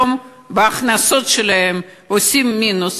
בהכנסות שלהם הם היום עושים מינוס,